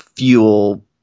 Fuel